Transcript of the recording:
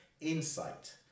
insight